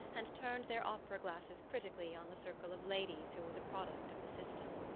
and turned their opera-glasses critically on the circle of ladies who were the product of the system.